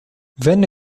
venne